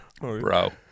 Bro